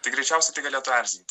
tai greičiausiai tai galėtų erzinti